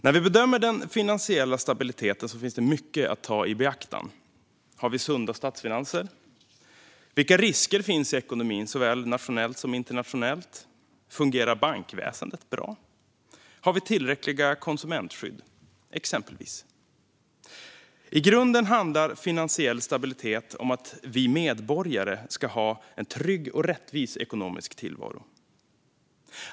När vi bedömer den finansiella stabiliteten finns det mycket att ta i beaktande. Har vi sunda statsfinanser? Vilka risker finns i ekonomin, såväl nationellt som internationellt? Fungerar bankväsendet bra? Har vi tillräckliga konsumentskydd? Det är några exempel. I grunden handlar finansiell stabilitet om att vi medborgare ska ha en trygg och rättvis ekonomisk tillvaro.